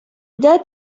dare